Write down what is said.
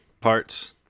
parts